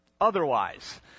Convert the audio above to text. otherwise